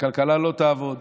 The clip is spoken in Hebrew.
הכלכלה לא תעבוד.